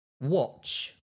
watch